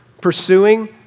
pursuing